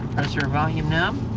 so our volume knob.